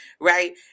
right